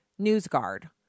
NewsGuard